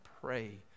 pray